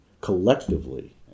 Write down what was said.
collectively